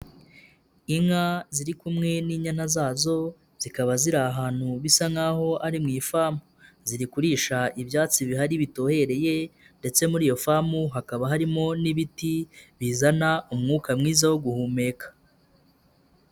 Inka ziri kumwe n'inyana zazo, zikaba ziri ahantu bisa nk'aho ari mu ifamu, ziri kurisha ibyatsi bihari bitohereye ndetse muri iyo famu hakaba harimo n'ibiti, bizana umwuka mwiza wo guhumeka.